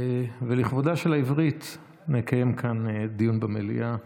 ולכבודה של העברית נקיים כאן דיון במליאה.